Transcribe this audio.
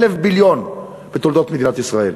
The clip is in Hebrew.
1,000 ביליון, בתולדות מדינת ישראל.